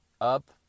up